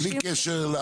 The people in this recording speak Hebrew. בלי קשר,